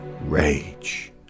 Rage